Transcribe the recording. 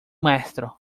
maestro